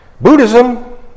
Buddhism